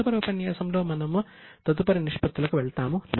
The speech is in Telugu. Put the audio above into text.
తదుపరి ఉపన్యాసంలో మనము తదుపరి నిష్పత్తులకు వెళ్తాము